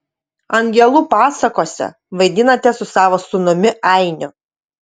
angelų pasakose vaidinate su savo sūnumi ainiu